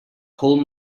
whole